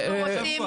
אנחנו רוצים